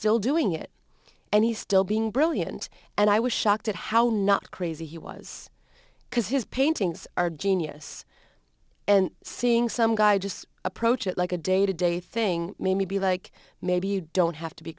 still doing it and he still being brilliant and i was shocked at how not crazy he was because his paintings are genius and seeing some guy just approach it like a day to day thing made me be like maybe you don't have to be